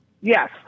Yes